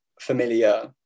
familiar